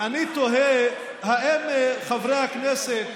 תוהה אם חברי הכנסת